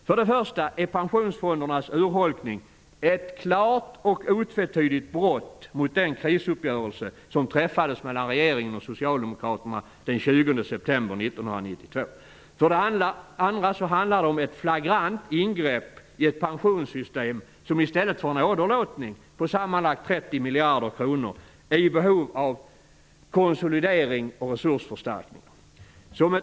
För det första är pensionsfondernas urholkning ett klart och otvetydigt brott mot den krisuppgörelse som träffades mellan regeringen och Socialdemokraterna den 20 september 1992. För det andra handlar det om ett flagrant ingrepp i ett pensionssystem som i stället för en åderlåtning på sammanlagt 30 miljarder kronor är i behov av konsolidering och resursförstärkning.